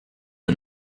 and